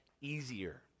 easier